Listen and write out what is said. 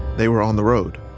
they were on the road.